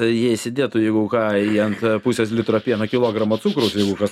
jie įsidėtų jeigu ką į ant pusės litro pieno kilogramą cukraus jeigu kas